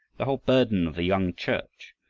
the whole burden of the young church,